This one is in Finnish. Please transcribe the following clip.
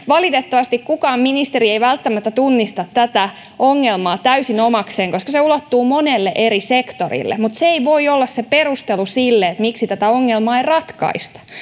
valitettavasti kukaan ministeri ei välttämättä tunnista tätä ongelmaa täysin omakseen koska se ulottuu monelle eri sektorille mutta se ei voi olla se perustelu sille miksi tätä ongelmaa ei ratkaista